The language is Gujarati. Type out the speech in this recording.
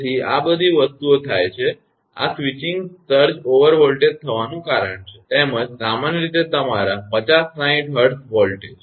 તેથી આ બધી વસ્તુઓ થાય છે કે આ સ્વિચીંગ સર્જ ઓવર વોલ્ટેજ થવાનું કારણ છે તેમજ સામાન્ય રીતે તમારા 50 60 Hertz વોલ્ટેજ